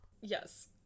Yes